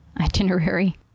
Itinerary